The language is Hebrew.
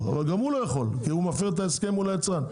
אבל גם הוא לא יכול כי הוא מפר את ההסכם מול היצרן.